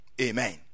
Amen